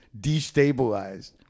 destabilized